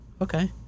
okay